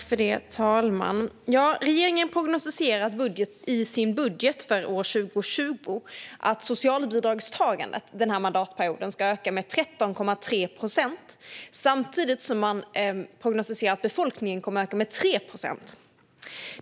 Fru talman! Regeringen prognostiserar i sin budget för år 2020 att socialbidragstagandet denna mandatperiod ska öka med 13,3 procent samtidigt som man prognostiserar att befolkningen kommer att öka med 3 procent.